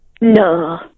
No